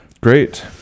Great